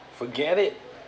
forget it